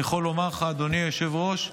אדוני היושב-ראש,